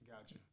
Gotcha